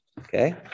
okay